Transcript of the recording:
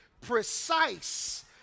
precise